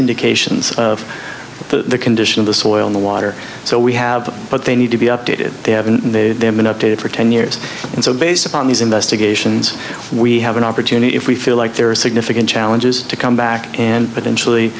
indications of the condition of the soil in the water so we have them but they need to be updated they haven't they have been updated for ten years and so based upon these investigations we have an opportunity if we feel like there are significant challenges to come back and potentially